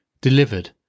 delivered